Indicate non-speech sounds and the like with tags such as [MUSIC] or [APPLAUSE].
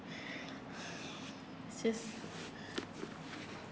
[BREATH] just [BREATH]